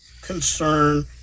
concern